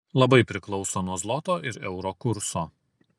labai priklauso nuo zloto ir euro kurso